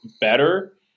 better